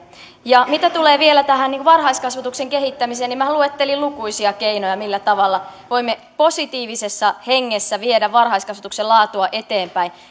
ja mitä tulee vielä tähän varhaiskasvatuksen kehittämiseen niin minähän luettelin lukuisia keinoja millä voimme positiivisessa hengessä viedä varhaiskasvatuksen laatua eteenpäin